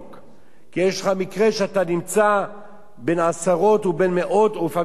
כי יש לך מקרה שאתה נמצא בין עשרות ובין מאות ולפעמים בין אלפים,